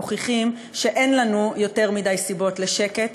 מוכיחים שאין לנו יותר מדי סיבות לשקט,